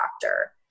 doctor